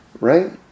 Right